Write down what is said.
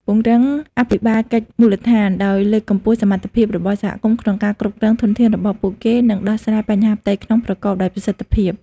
ពង្រឹងអភិបាលកិច្ចមូលដ្ឋាន ដោយលើកកម្ពស់សមត្ថភាពរបស់សហគមន៍ក្នុងការគ្រប់គ្រងធនធានរបស់ពួកគេ និងដោះស្រាយបញ្ហាផ្ទៃក្នុងប្រកបដោយប្រសិទ្ធភាព។